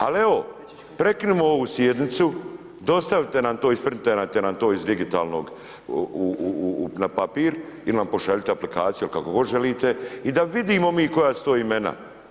Ali, evo, prekinimo ovu sjednicu, dostavite nam to, isprintajte nam to iz digitalno na papir ili nam pošaljite aplikaciju, kako god želite i da vidimo mi koja su to imena.